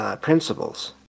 principles